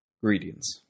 Greetings